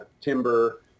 timber